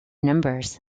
numbers